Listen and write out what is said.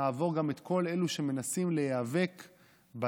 נעבור גם את כל אלו שמנסים להיאבק בתורה,